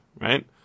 right